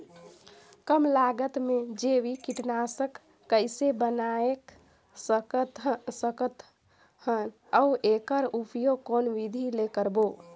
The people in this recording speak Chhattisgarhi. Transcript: कम लागत मे जैविक कीटनाशक कइसे बनाय सकत हन अउ एकर उपयोग कौन विधि ले करबो?